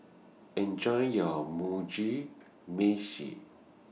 Enjoy your Mugi Meshi